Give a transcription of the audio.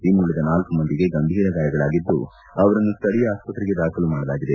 ಇನ್ನುಳಿದ ನಾಲ್ಲು ಮಂದಿಗೆ ಗಂಭೀರ ಗಾಯಗಳಾಗಿದ್ದು ಅವರನ್ನು ಸ್ಠಳೀಯ ಆಸ್ಪತ್ರೆಗೆ ದಾಖಲು ಮಾಡಲಾಗಿದೆ